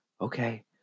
Okay